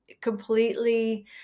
completely